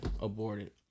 aborted